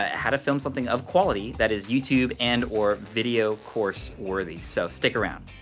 ah how to film something of quality that is youtube and or video course worthy. so stick around.